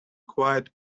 quiet